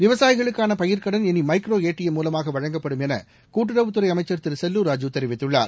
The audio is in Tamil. விவசாயிகளுக்கான பயிர்க்கடன் இனி மைக்ரோ ஏடிளம் மூலமாக வழங்கப்படும் எனகூட்டுறவுத் துறை அமைச்சர் திரு செல்லூர் ராஜூ தெரிவித்துள்ளார்